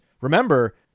remember